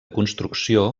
construcció